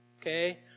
okay